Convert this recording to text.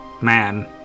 man